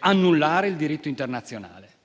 annullare il diritto internazionale.